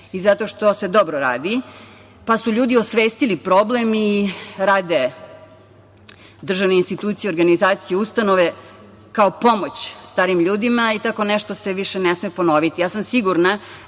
i zato što se dobro radi, pa su ljudi osvestili problem i rade državne institucije, organizacije, ustanove kao pomoć stari ljudima i tako nešto se više ne sme ponoviti. Siguran